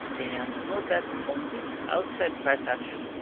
and note that on this outside price action,